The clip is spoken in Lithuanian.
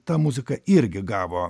ta muzika irgi gavo